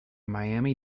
miami